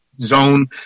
zone